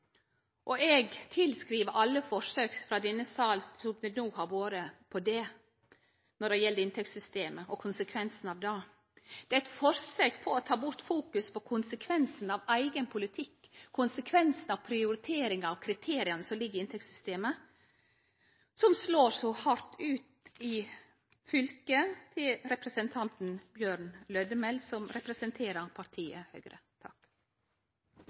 Eg meiner at det er årsaka til alle forsøk som har vore på det i denne salen, når det gjeld inntektssystemet og konsekvensane av det. Det er eit forsøk på å ta bort fokus frå konsekvensane av eigen politikk, konsekvensane av prioriteringane og kriteria som ligg i inntektssystemet, som slår så hardt ut i fylket til representanten Bjørn Lødemel, som representerer partiet Høgre.